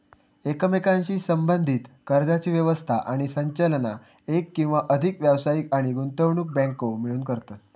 एकमेकांशी संबद्धीत कर्जाची व्यवस्था आणि संचालन एक किंवा अधिक व्यावसायिक आणि गुंतवणूक बँको मिळून करतत